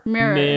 Mirror